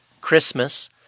Christmas